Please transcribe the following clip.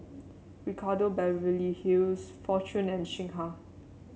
Ricardo Beverly Hills Fortune and Singha